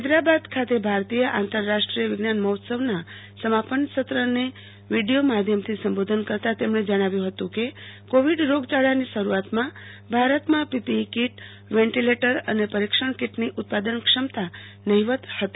હૈદરાબાદ ખાતે ભારતીય આંતરરાષ્ટ્રીય વિજ્ઞાન મહોત્સવના સમાપન સત્રને વીડીયો માધ્યમથી સંબોધન કરતા તેમણે જણાવ્યું કે કોવિડ રોગયાળાની શરૂઆતમાંભારતમાં પીપીઇ કીટવેન્ટિલેટર અને પરીક્ષણ કીટની ઉત્પાદનક્ષમતા નહીવત હતી